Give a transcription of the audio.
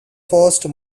focused